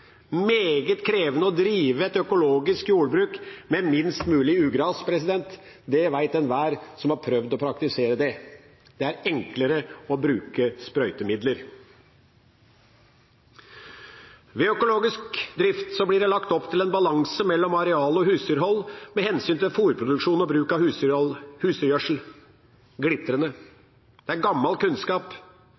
meget krevende å drive økologisk jordbruk med minst mulig ugress. Det vet enhver som har prøvd å praktisere det. Det er enklere å bruke sprøytemidler. Ved økologisk drift blir det lagt opp til en balanse mellom areal og husdyrhold med hensyn til fôrproduksjon og bruk av husdyrgjødsel – glitrende. Det er gammel kunnskap